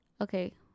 Okay